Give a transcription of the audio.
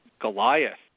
Goliath